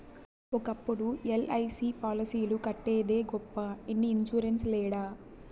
ఒకప్పుడు ఎల్.ఐ.సి పాలసీలు కట్టేదే గొప్ప ఇన్ని ఇన్సూరెన్స్ లేడ